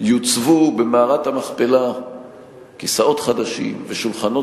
יוצבו במערת המכפלה כיסאות חדשים ושולחנות